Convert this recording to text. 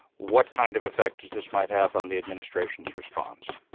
what kind of effect does this might have on the administration's response?